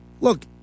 Look